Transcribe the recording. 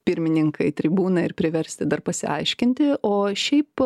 pirmininką į tribūną ir priversti dar pasiaiškinti o šiaip